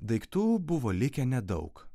daiktų buvo likę nedaug